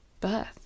birth